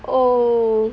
oh